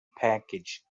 package